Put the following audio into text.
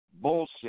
bullshit